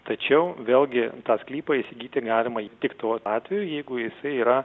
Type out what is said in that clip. tačiau vėlgi tą sklypą įsigyti galimai tik tuo atveju jeigu jisai yra